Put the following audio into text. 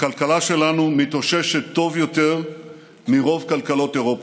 הכלכלה שלנו מתאוששת טוב יותר מרוב כלכלות אירופה.